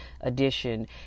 edition